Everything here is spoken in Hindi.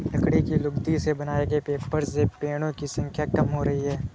लकड़ी की लुगदी से बनाए गए पेपर से पेङो की संख्या कम हो रही है